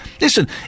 listen